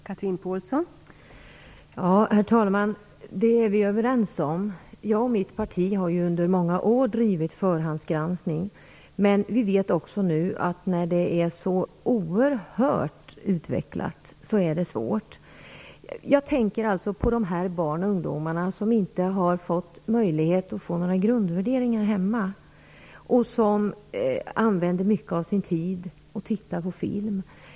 Fru talman! Det är vi överens om. Jag och mitt parti har under många år drivit frågan om förhandsgranskning. Men vi vet att nu när allting är så oerhört utvecklat är det svårt. Jag tänker på de barn och ungdomar som inte har fått några grundvärderingar hemma och som använder mycket av sin tid till att titta på film.